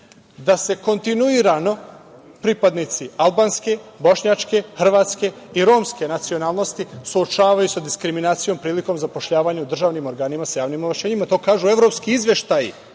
da se kontinuirano pripadnici albanske, bošnjačke, hrvatske i romske nacionalnosti suočavaju sa diskriminacijom prilikom zapošljavanja u državnim organima sa javnim ovlašćenjima. To kažu evropski izveštaji,